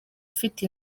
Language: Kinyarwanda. afite